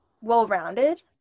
well-rounded